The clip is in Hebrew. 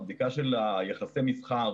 הבדיקה של יחסי מסחר